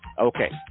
Okay